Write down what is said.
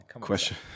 Question